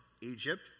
Egypt